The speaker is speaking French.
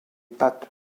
pattes